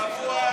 צבוע.